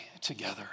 together